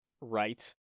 right